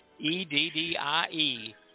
E-D-D-I-E